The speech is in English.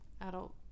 adult